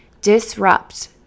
disrupt